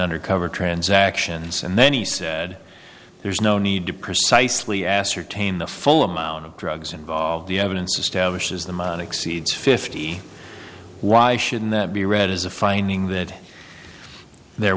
undercover transactions and then he said there's no need to precisely ascertain the full amount of drugs involved the evidence establishes the monic cedes fifty why shouldn't that be read as a finding that there